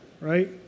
right